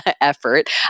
effort